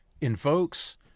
invokes